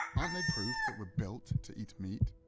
aren't they proof that we're built to eat meat?